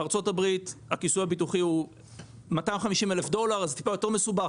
בארצות הברית הכיסוי הביטוחי הוא 250 אלף דולר זה טיפה יותר מסובך,